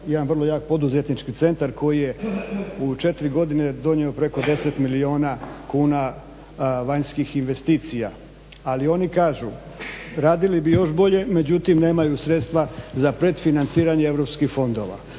jedan vrlo jak poduzetnički centar koji je u 4 godine donio preko 10 milijuna kuna vanjskih investicija, ali oni kažu radili bi još bolje, međutim nemaju sredstva za predfinanciranje europskih fondova.